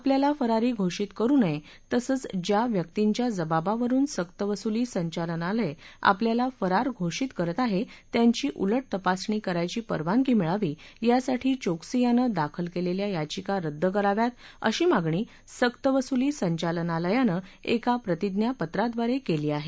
आपल्याला फरारी घोषित करु नये तसंच ज्या व्यक्तींच्या जबाबावरुन सक्तवसुली संचालनालय आपल्याला फरार घोषित करत आहे त्यांची उल तपासणी करायची परवानगी मिळावी यासाठी चोक्सी यानं दाखल केलेल्या याचिका रद्द कराव्यात अशी मागणी सरकवसुली संचालनालयानं एका प्रतिज्ञापत्राद्वारे केली आहे